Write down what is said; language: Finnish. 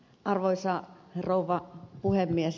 arvoisa rouva puhemies